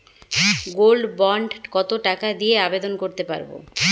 Gold bond কত টাকা দিয়ে আবেদন করতে পারবো?